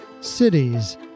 Cities